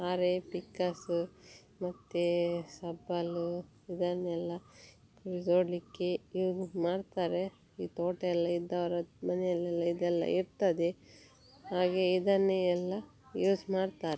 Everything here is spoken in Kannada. ಹಾರೆ ಪಿಕಾಸಿ ಮತ್ತು ಸಬ್ಬಲ್ ಇದನ್ನೆಲ್ಲ ಗುಂಡಿ ತೊಡಲಿಕ್ಕೆ ಯೂಸ್ ಮಾಡ್ತಾರೆ ಈ ತೋಟಯೆಲ್ಲ ಇದ್ದವರ ಮನೆಯಲ್ಲೆಲ್ಲ ಇದೆಲ್ಲ ಇರ್ತದೆ ಹಾಗೆ ಇದನ್ನೆಲ್ಲ ಯೂಸ್ ಮಾಡ್ತಾರೆ